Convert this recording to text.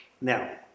Now